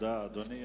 תודה, אדוני.